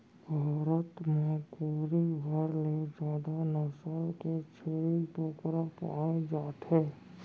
भारत म कोरी भर ले जादा नसल के छेरी बोकरा पाए जाथे